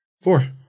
four